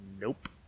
Nope